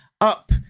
up